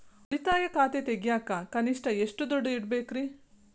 ಉಳಿತಾಯ ಖಾತೆ ತೆಗಿಯಾಕ ಕನಿಷ್ಟ ಎಷ್ಟು ದುಡ್ಡು ಇಡಬೇಕ್ರಿ?